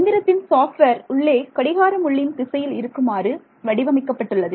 எந்திரத்தின் சாப்ட்வேர் உள்ளே கடிகார முள்ளின் திசையில் இருக்குமாறு வடிவமைக்கப்பட்டுள்ளது